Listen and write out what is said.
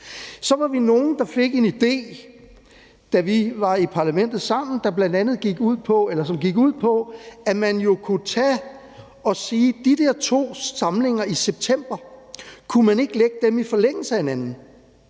Så var vi nogle, der fik en idé, da vi var i parlamentet sammen, som gik ud på, at man jo kunne tage og sige, at de der to samlinger i september, kunne man ikke lægge dem i forlængelse af hinanden?